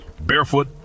Barefoot